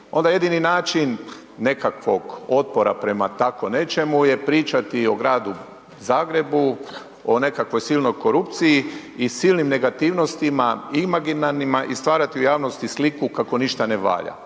jedini način nekakvog otpora prema tako nečemu je pričati o Gradu Zagrebu, o nekakvoj silnoj korupciji i silnim negativnostima imaginarnima i stvarati u javnosti sliku kako ništa ne valja.